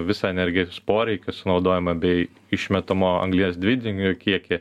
visą energijos poreikį sunaudojimą bei išmetamo anglies dvideginio kiekį